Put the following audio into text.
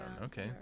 okay